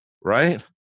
Right